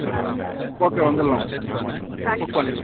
சரி okay okay வந்துரலாம் book பண்ணிரலாம்